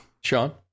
Sean